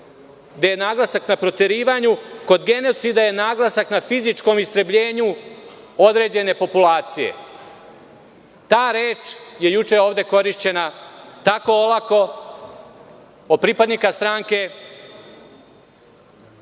gde je naglasak na proterivanju. Kod genocida je naglasak na fizičkom istrebljenju određene populacije. Ta reč je juče ovde korišćenja tako olako od pripadnika stranke